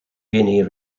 guinea